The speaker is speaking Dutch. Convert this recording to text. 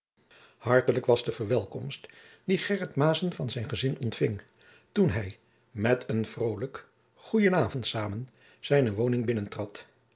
hartelijk was de verwelkomst die gheryt maessen van zijn gezin ontfing toen hij met een vrolijk gen avond samen zijne woning